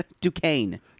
Duquesne